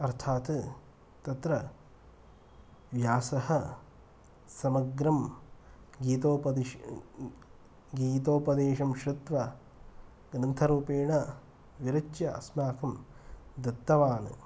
अर्थात् तत्र व्यासः समग्रं गीतोपदिश् गीतोपदेशं श्रुत्वा ग्रन्थरूपेण विरच्य अस्माकं दत्तवान्